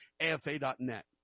AFA.net